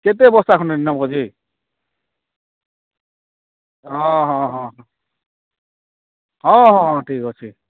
କେତେ ବସ୍ତା ଖଣ୍ଡେ ନେବ ଯେ ହଁ ହଁ ହଁ ହଁ ହଁ ହଁ ଠିକ ଅଛି